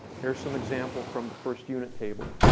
here's some example from the first unit table.